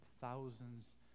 thousands